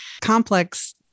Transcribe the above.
complex